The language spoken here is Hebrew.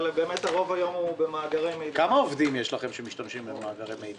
אבל הרוב היום נמצא במאגרי מידע.